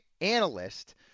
analyst